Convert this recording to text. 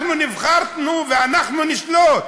אנחנו נבחרנו ואנחנו נשלוט.